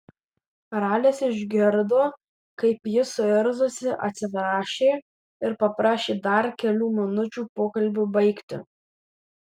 ralis išgirdo kaip ji suirzusi atsiprašė ir paprašė dar kelių minučių pokalbiui baigti